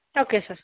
okay sir